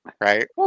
right